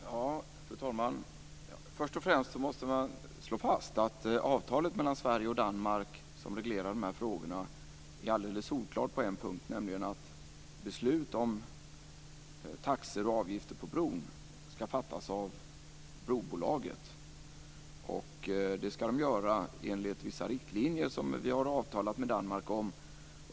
Fru talman! Först och främst måste man slå fast att det avtal mellan Sverige och Danmark som reglerar de här frågorna är alldeles solklart på en punkt, nämligen att beslut om taxor och avgifter på bron ska fattas av brobolaget, och det ska göras enligt vissa riktlinjer som vi har avtalat med Danmark om.